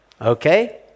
okay